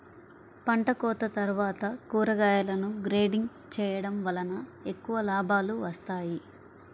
పంటకోత తర్వాత కూరగాయలను గ్రేడింగ్ చేయడం వలన ఎక్కువ లాభాలు వస్తాయి